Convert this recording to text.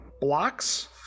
blocks